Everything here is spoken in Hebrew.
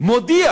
מודיע